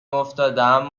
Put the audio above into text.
افتادم